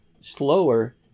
slower